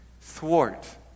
thwart